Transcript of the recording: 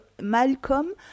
Malcolm